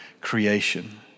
creation